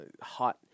hot